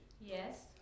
yes